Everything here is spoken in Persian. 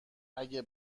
اگه